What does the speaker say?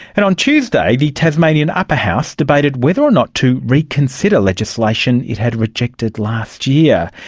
and on tuesday the tasmanian upper house debated whether or not to reconsider legislation it had rejected last year.